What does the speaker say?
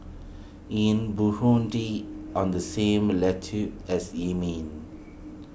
Inn on the same as Yemen